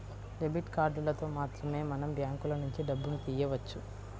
debit కార్డులతో మాత్రమే మనం బ్యాంకులనుంచి డబ్బును తియ్యవచ్చు